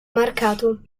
marcato